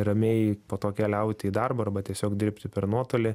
ramiai po to keliaut į darbą arba tiesiog dirbti per nuotolį